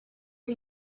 are